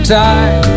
time